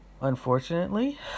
unfortunately